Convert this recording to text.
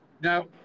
Now